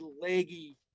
leggy